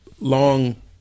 long